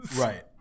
right